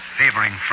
favoring